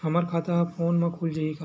हमर खाता ह फोन मा खुल जाही?